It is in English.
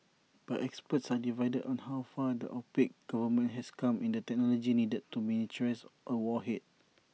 but experts are divided on how far the opaque government has come in the technology needed to miniaturise A warhead